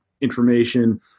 information